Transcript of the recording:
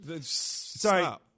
Sorry